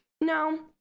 no